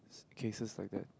cases like that